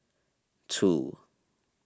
two